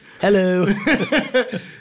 Hello